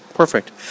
Perfect